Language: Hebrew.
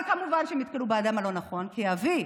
אבל כמובן שהם נתקלו באדם הלא-נכון, כי אבי,